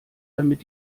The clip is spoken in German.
damit